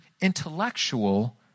intellectual